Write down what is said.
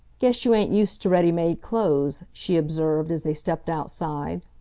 guess you ain't used to ready-made clothes, she observed, as they stepped outside.